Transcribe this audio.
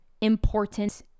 important